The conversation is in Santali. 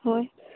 ᱦᱳᱭ